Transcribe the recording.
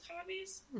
hobbies